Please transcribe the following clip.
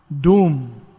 doom